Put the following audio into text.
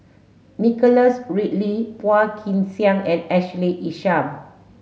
Nicholas Ridley Phua Kin Siang and Ashley Isham